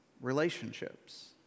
relationships